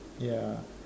ya